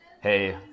hey